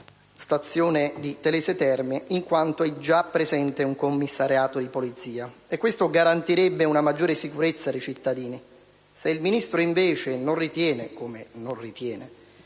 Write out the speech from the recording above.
stazione di Telese Terme, in quanto è già presente un commissariato di polizia. Questo garantirebbe una maggiore sicurezza dei cittadini. Se invece il Ministro non ritiene